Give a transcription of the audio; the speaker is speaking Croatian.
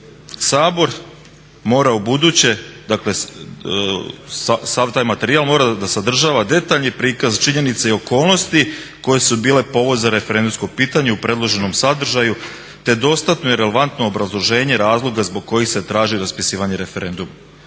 Sabor mora ubuduće, sav taj materijal mora da sadržava detaljni prikaz činjenice i okolnosti koje su bile povod za referendumsko pitanje u predloženom sadržaju te dostatno i relevantno obrazloženje razloga zbog kojih se traži raspisivanje referenduma.